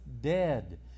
dead